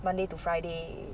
monday to friday